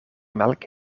melk